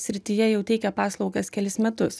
srityje jau teikia paslaugas kelis metus